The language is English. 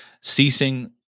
ceasing